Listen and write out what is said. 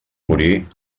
morir